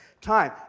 time